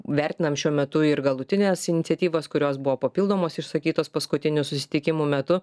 vertinam šiuo metu ir galutines iniciatyvas kurios buvo papildomos išsakytos paskutinių susitikimų metu